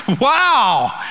wow